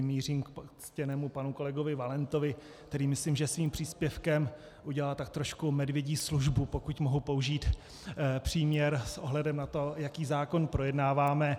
Mířím k ctěnému panu kolegovi Valentovi, který myslím, že svým příspěvkem udělal tak trošku medvědí službu, pokud mohu použít příměr, s ohledem na to, jaký zákon projednáváme.